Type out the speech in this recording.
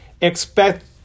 expect